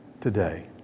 today